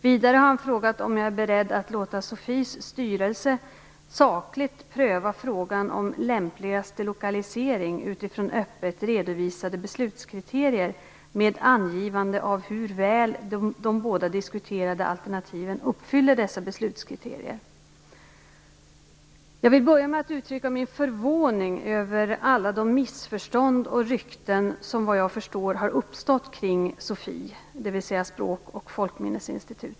Vidare har han frågat om jag är beredd att låta SOFI:s styrelse sakligt pröva frågan om lämpligaste lokalisering utifrån öppet redovisade beslutskriterier med angivande av hur väl de båda diskuterade alternativen uppfyller dessa beslutskriterier. Jag vill börja med att uttrycka min förvåning över alla de missförstånd och rykten som såvitt jag förstår har uppstått kring SOFI.